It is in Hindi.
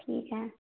ठीक है